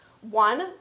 One